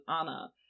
Anna